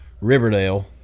Riverdale